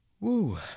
Woo